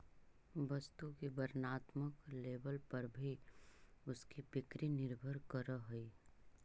वस्तु की वर्णात्मक लेबल पर भी उसकी बिक्री निर्भर करअ हई